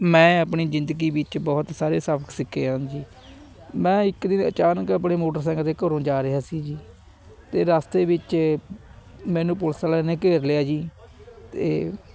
ਮੈਂ ਆਪਣੀ ਜ਼ਿੰਦਗੀ ਵਿੱਚ ਬਹੁਤ ਸਾਰੇ ਸਬਕ ਸਿੱਖੇ ਆ ਜੀ ਮੈਂ ਇੱਕ ਦਿਨ ਅਚਾਨਕ ਆਪਣੇ ਮੋਟਰਸਾਈਕਲ 'ਤੇ ਘਰੋਂ ਜਾ ਰਿਹਾ ਸੀ ਜੀ ਅਤੇ ਰਸਤੇ ਵਿੱਚ ਮੈਨੂੰ ਪੁਲਿਸ ਵਾਲਿਆਂ ਨੇ ਘੇਰ ਲਿਆ ਜੀ ਅਤੇ